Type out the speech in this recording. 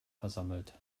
versammelt